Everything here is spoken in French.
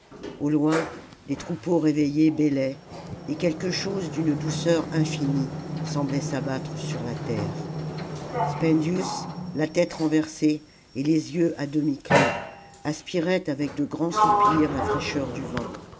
au loin des troupeaux réveillés bêlaient et quelque chose d'une douceur infinie semblait s'abattre sur la terre spendius la tête renversée et les jeux à demi clos aspirait avec de grands soupirs la fraîcheur du vent